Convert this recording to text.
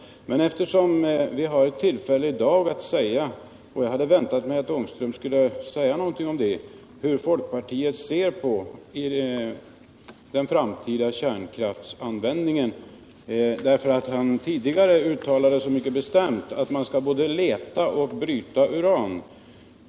I dag finns det emellertid tillfälle att säga hur folkpartiet ser på den framtida kärnkraftsanvändningen. Jag hade också väntat mig att Rune Ångström skulle säga någonting om detta. Tidigare har han ju uttalat mycket bestämt att man skall både leta efter och bryta uran.